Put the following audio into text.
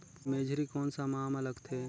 मेझरी कोन सा माह मां लगथे